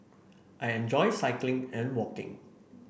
I enjoy cycling and walking